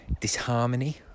disharmony